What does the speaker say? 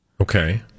Okay